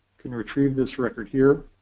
can retrieve this record here.